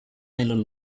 island